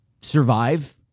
survive